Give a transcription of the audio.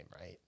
right